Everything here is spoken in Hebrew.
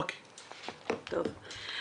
טוב.